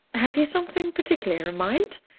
have you something particular in mind?